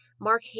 Mark